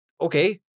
okay